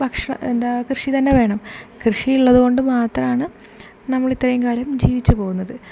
ഭക്ഷണം എന്താണ് കൃഷി തന്നെ വേണം കൃഷിയുള്ളത് കൊണ്ട് മാത്രമാണ് നമ്മളിത്രയും കാലം ജീവിച്ച് പോകുന്നത്